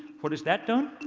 what has that done?